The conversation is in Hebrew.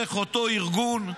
דרך אותו ארגון,